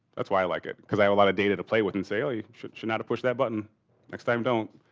that's why i like it because i have a lot of data to play with and sail. you should should not have pushed that button next time don't.